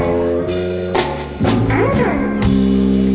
or the